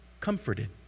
comforted